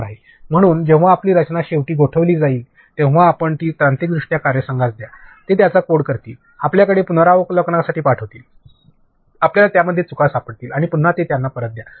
बरोबर आहे म्हणून जेव्हा आपली रचना शेवटी गोठविली जाईलतेव्हा आपण ती तांत्रिक कार्यसंघास द्या ते त्याचा कोड करतील आपल्याकडे पुनरावलोकनासाठी येतील आपल्याला त्यामध्ये चुका सापडतील आणि पुन्हा ते त्यांना परत द्या